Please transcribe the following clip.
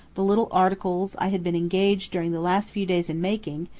the little articles i had been engaged during the last few days in making,